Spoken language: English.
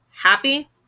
Happy